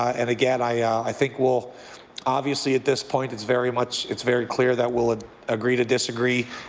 and again, i i think we'll obviously at this point it's very much it's very clear that we'll ah agree to disagree.